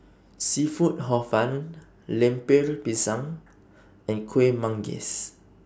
Seafood Hor Fun Lemper Pisang and Kueh Manggis